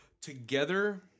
together